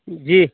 जी